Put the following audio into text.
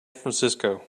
francisco